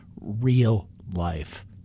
real-life